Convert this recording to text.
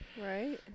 Right